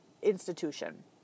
institution